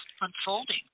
unfolding